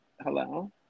Hello